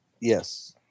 Yes